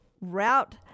Route